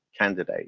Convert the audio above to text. candidate